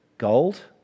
Gold